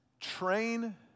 train